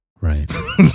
Right